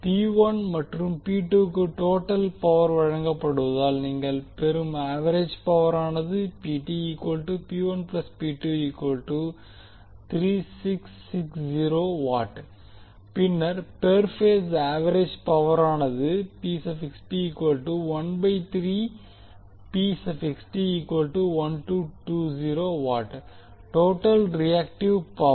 P 1 மற்றும் P 2க்கு total power வழங்கப்படுவதால் நீங்கள் பெரும் ஆவெரேஜ் பவரானது பின்னர் பெர் பேஸ் ஆவெரேஜ் பவரானது டோட்டல் ரியாக்டிவ் பவர்